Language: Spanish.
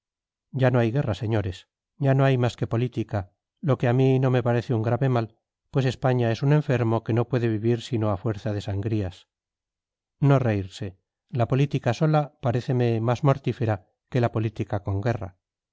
ya no hay guerra señores ya no hay más que política lo que a mí no me parece un grave mal pues españa es un enfermo que no puede vivir sino a fuerza de sangrías no reírse la política sola paréceme más mortífera que la política con guerra